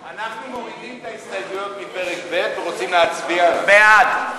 מורידים את ההסתייגויות מפרק ב' ורוצים להצביע בעד.